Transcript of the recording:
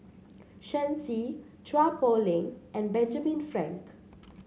Shen Xi Chua Poh Leng and Benjamin Frank